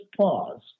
pause